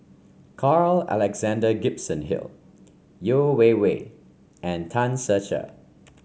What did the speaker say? Carl Alexander Gibson Hill Yeo Wei Wei and Tan Ser Cher